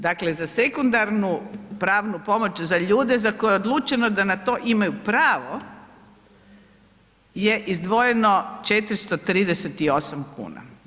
Dakle, za sekundarnu pravnu pomoć za ljude za koje je odlučeno da na to imaju pravo je izdvojeno 438 kuna.